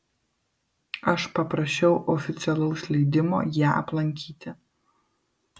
aš paprašiau oficialaus leidimo ją aplankyti